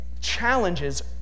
challenges